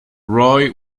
roy